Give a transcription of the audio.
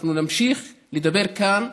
אנחנו נמשיך לדבר כאן,